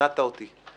שכנעת אותי.